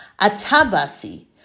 atabasi